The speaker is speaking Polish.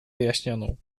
wyjaśnioną